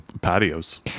Patios